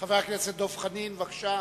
חבר הכנסת דב חנין, בבקשה,